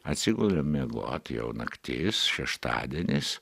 atsigulėm miegot jau naktis šeštadienis